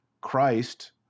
Christ